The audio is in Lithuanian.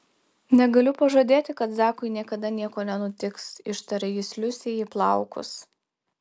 negaliu pažadėti kad zakui niekada nieko nenutiks ištarė jis liusei į plaukus